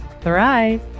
thrive